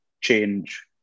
change